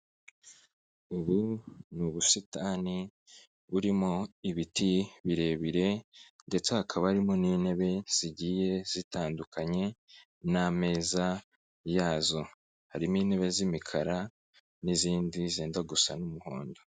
Ubu ni ubusitani burimo ibiti birebire ndetse hakaba harimo n'intebe zigiye zitandukanye n'ameza yazo. Harimo intebe z'imikara n'izindi zenda gusa n'umuhondo.